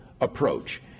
approach